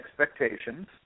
expectations